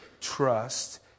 Trust